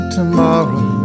tomorrow